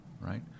Right